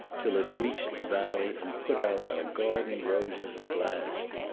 till it reached the valley and put out our garden roses at last.